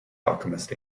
alchemist